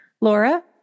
Laura